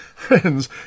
Friends